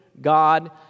God